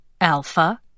Alpha